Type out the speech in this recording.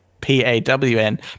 P-A-W-N